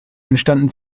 entstanden